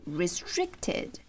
restricted